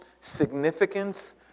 significance